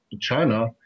China